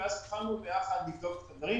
ואז התחלנו ביחד לבדוק את הדברים